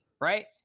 Right